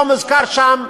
לא מוזכר שם,